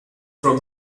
from